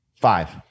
Five